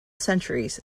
centuries